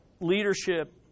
leadership